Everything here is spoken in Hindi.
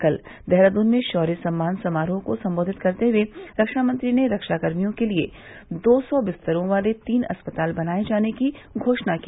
कल देहरादून में शौर्य सम्मान समारोह को सम्बोधित करते हुए रक्षामंत्री ने रक्षाकर्मियों के लिए दो सौ बिस्तरों वाले तीन अस्पताल बनाये जाने की भी घोषणा की